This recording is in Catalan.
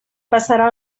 passarà